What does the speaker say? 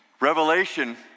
Revelation